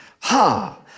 Ha